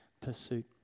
pursuit